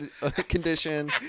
condition